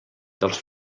dels